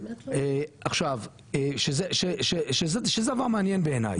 עכשיו שזה דבר מעניין בעיניי.